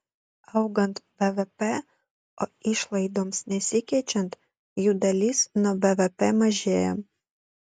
augant bvp o išlaidoms nesikeičiant jų dalis nuo bvp mažėja